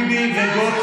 חברת הכנסת מירב כהן,